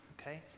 okay